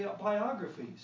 biographies